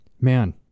man